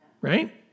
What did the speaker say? right